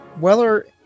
Weller